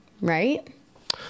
right